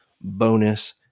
bonus